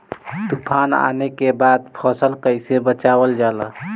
तुफान आने के बाद फसल कैसे बचावल जाला?